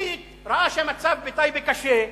שטרית ראה שהמצב בטייבה קשה,